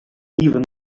even